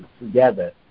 together